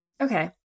Okay